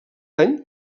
any